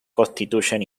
constituyen